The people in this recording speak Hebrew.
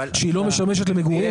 כאשר היא לא משמשת למגורים.